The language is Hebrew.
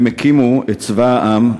הם הקימו את צבא העם,